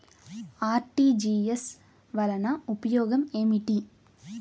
RTGS వలన ఉపయోగం ఏమిటీ?